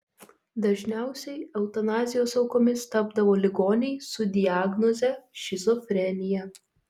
dažniausiai eutanazijos aukomis tapdavo ligoniai su diagnoze šizofrenija